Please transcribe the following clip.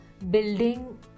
building